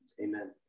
Amen